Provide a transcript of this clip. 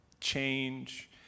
change